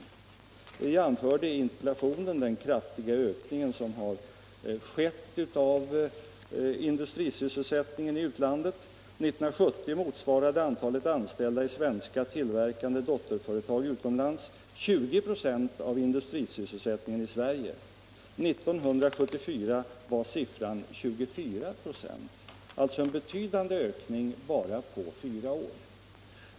Jag har i interpellationen pekat på den kraftiga ökning som har skett av industrisysselsättningen i utlandet. 1970 motsvarande antalet anställda i svenska tillverkande dotterföretag utomlands 20 96 av industrisysselsättningen i Sverige, 1974 var siffran 24 96 — alltså en betydande ökning bara på fyra år.